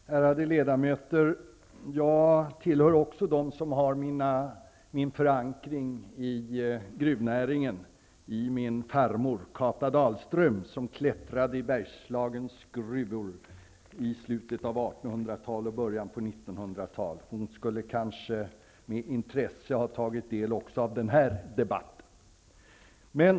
Herr talman! Ärade ledamöter! Jag tillhör också dem som har min förankring i gruvnäringen, i min farmor Kata Dalström, som klättrade i Bergslagens gruvor i slutet av 1800-talet och början av 1900-talet. Hon skulle kanske med intresse ha tagit del också av den här debatten.